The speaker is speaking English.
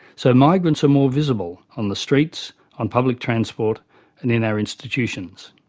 so migrants are more visible on the streets, on public transport and in our institutions.